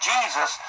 Jesus